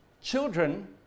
children